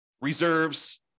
reserves